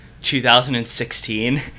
2016